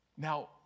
Now